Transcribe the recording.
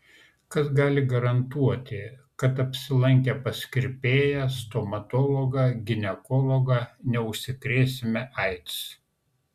kas gali garantuoti kad apsilankę pas kirpėją stomatologą ginekologą neužsikrėsime aids